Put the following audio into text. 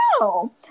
no